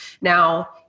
Now